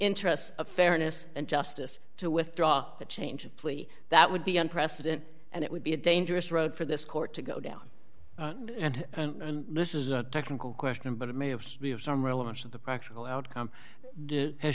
interest of fairness and justice to withdraw the change of plea that would be on precedent and it would be a dangerous road for this court to go down and this is a technical question but it may be of some relevance of the practical outcome as